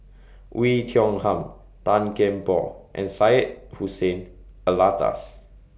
Oei Tiong Ham Tan Kian Por and Syed Hussein Alatas